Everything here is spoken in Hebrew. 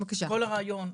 כל הרעיון,